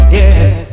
yes